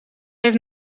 heeft